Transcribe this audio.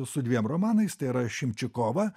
su dviem romanais tai yra šimčikova